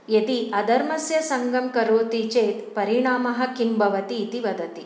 यदि अधर्मस्य सङ्घं करोति चेत् परिणामः किं भवति इति वदति